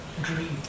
Dream